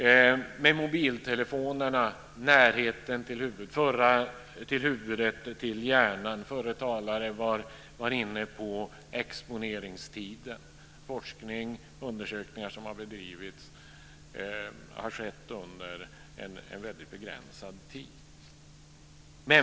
Det handlar om mobiltelefonerna, närheten till huvudet, till hjärnan. Förre talaren var inne på exponeringstiden. Forskning, undersökningar, som har bedrivits har skett under en väldigt begränsad tid.